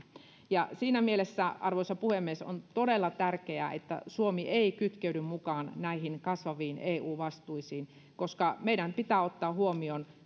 siinä mielessä arvoisa puhemies on todella tärkeää että suomi ei kytkeydy mukaan näihin kasvaviin eu vastuisiin koska meidän pitää ottaa huomioon